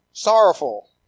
Sorrowful